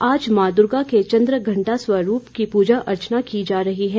आज मां दूर्गा के चंद्र घंटा स्वरूप की पूजा अर्चना की जा रही है